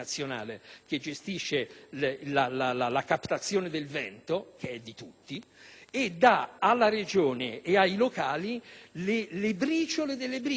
che gestisce la captazione del vento - che è di tutti - e che dà alla Regione e ai locali le briciole delle briciole.